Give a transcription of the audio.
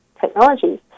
technologies